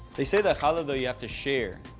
they say the challah, though, you have to share.